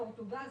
פורטוגל,